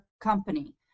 company